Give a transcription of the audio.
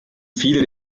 viele